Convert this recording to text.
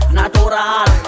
natural